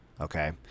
Okay